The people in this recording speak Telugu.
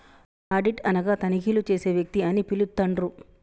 ఆడిట్ అనగా తనిఖీలు చేసే వ్యక్తి అని పిలుత్తండ్రు